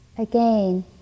Again